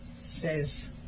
says